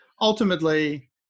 ultimately